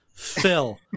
Phil